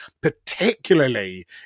particularly